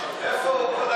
דקות.